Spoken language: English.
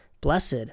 blessed